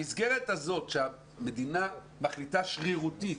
המסגרת הזאת שהמדינה מחליטה שרירותית